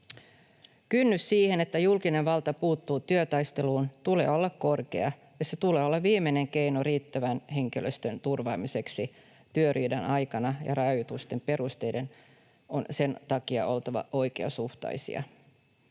Kynnyksen siihen, että julkinen valta puuttuu työtaisteluun, tulee olla korkea, ja sen tulee olla viimeinen keino riittävän henkilöstön turvaamiseksi työriidan aikana, ja rajoitusten perusteiden on sen takia oltava oikeasuhtaisia.